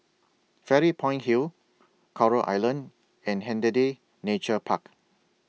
Fairy Point Hill Coral Island and Hindhede Nature Park